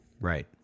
Right